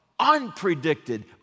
unpredicted